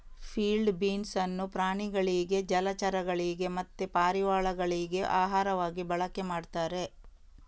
field beans ಅನ್ನು ಪ್ರಾಣಿಗಳಿಗೆ ಜಲಚರಗಳಿಗೆ ಮತ್ತೆ ಪಾರಿವಾಳಗಳಿಗೆ ಆಹಾರವಾಗಿ ಬಳಕೆ ಮಾಡ್ತಾರೆ